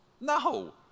No